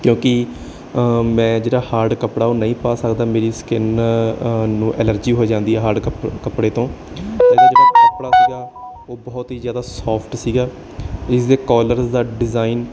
ਕਿਉਂਕਿ ਮੈਂ ਜਿਹੜਾ ਹਾਰਡ ਕੱਪੜਾ ਉਹ ਨਹੀਂ ਪਾ ਸਕਦਾ ਮੇਰੀ ਸਕਿਨ ਨੂੰ ਐਲਰਜੀ ਹੋ ਜਾਂਦੀ ਹੈ ਹਾਰਡ ਕੱਪੜੇ ਕੱਪੜੇ ਤੋਂ ਇਹਦਾ ਜਿਹੜਾ ਕੱਪੜਾ ਸੀਗਾ ਉਹ ਬਹੁਤ ਹੀ ਜ਼ਿਆਦਾ ਸੋਫਟ ਸੀਗਾ ਇਸ ਦੇ ਕਾਲਰਜ਼ ਦਾ ਡਿਜ਼ਾਇਨ